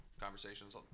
conversations